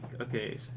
Okay